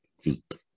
feet